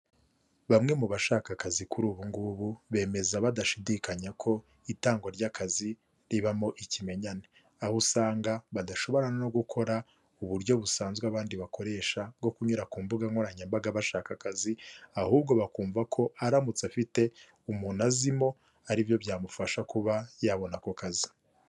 Bamwe mu bashaka akazi kuri ubu ngubu, bemeza badashidikanya ko itangwa ry'akazi ribamo ikimenyane, aho usanga badashobora no gukora uburyo busanzwe abandi bakoresha bwo kunyura ku mbuga nkoranyambaga bashaka akazi, ahubwo bakumva ko aramutse afite umuntu azimo aribyo byamufasha kuba yabona ako kazi.